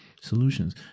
solutions